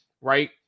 right